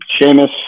Seamus